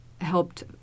helped